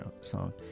song